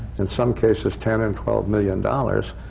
in some cases ten and twelve million dollars,